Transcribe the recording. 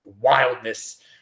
wildness